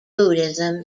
buddhism